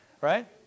right